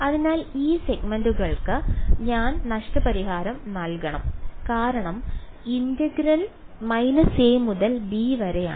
അതിനാൽ ഈ സെഗ്മെന്റുകൾക്ക് ഞാൻ നഷ്ടപരിഹാരം നൽകണം കാരണം ഇന്റഗ്രൽ a മുതൽ b വരെയാണ്